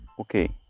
okay